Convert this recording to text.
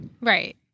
Right